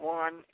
one